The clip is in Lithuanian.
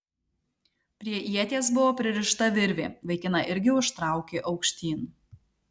prie ieties buvo pririšta virvė vaikiną irgi užtraukė aukštyn